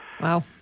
Wow